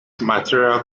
material